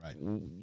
Right